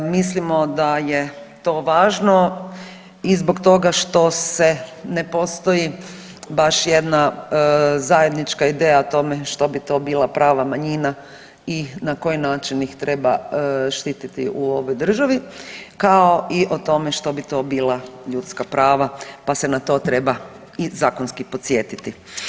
Mislimo da je to važno i zbog toga što se, ne postoji baš jedna zajednička ideja o tome što bi to bila prava manjina i na koji način ih treba štititi u ovoj državi, kao i o tome što bi to bila ljudska prava, pa se na to treba i zakonski podsjetiti.